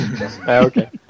Okay